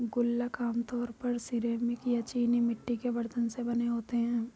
गुल्लक आमतौर पर सिरेमिक या चीनी मिट्टी के बरतन से बने होते हैं